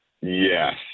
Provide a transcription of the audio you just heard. Yes